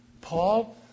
Paul